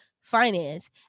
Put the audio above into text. finance